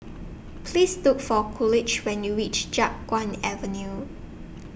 Please Look For Coolidge when YOU REACH Chiap Guan Avenue